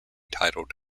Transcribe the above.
titled